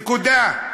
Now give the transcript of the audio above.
נקודה.